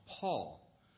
Paul